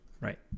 Right